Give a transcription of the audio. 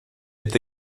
est